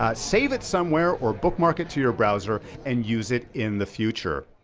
ah save it somewhere, or bookmark it to your browser, and use it in the future.